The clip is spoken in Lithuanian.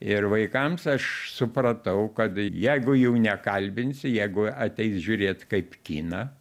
ir vaikams aš supratau kad jeigu jų nekalbinsi jeigu ateis žiūrėt kaip kiną